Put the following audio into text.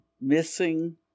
missing